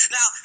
Now